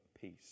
peace